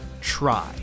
try